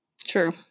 True